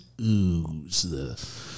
ooze